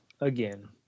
again